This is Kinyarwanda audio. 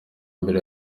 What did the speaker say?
mbere